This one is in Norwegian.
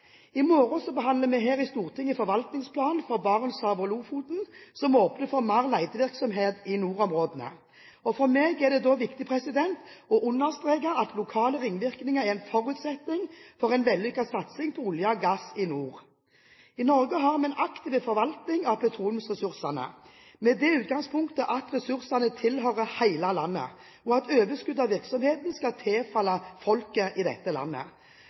I morgen behandler vi her i Stortinget forvaltningsplanen for Barentshavet og Lofoten, som åpner for mer letevirksomhet i nordområdene. For meg er det viktig å understreke at lokale ringvirkninger er en forutsetning for en vellykket satsing på olje og gass i nord. I Norge har vi en aktiv forvaltning av petroleumsressursene, med det utgangspunkt at ressursene tilhører hele landet, og at overskuddet av virksomheten skal tilfalle folket i dette landet.